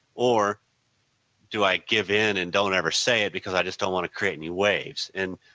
or do i give in and don't ever say it because i just don't want to create new waves? and